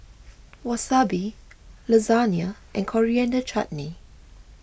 Wasabi Lasagne and Coriander Chutney